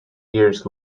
years